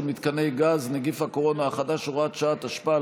מתקני גז (נגיף הקורונה החדש) (הוראת שעה),